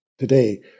Today